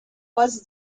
was